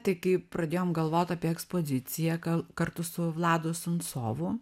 tai kai pradėjom galvot apie ekspoziciją kartu su vladu suncovu